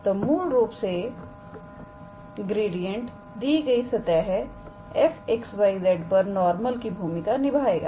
तो मूल रूप से ग्रेडिएंट दी गई सतह 𝑓𝑥 𝑦 𝑧 पर नॉर्मल की भूमिका निभाएगा